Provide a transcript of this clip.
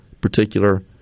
particular